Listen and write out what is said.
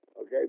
Okay